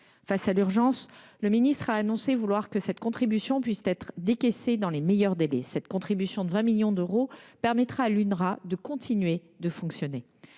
Face à l’urgence, le ministre a annoncé vouloir que cette contribution puisse être décaissée dans les meilleurs délais. Ces 20 millions d’euros permettront à l’UNRWA de continuer à fonctionner.